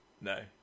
No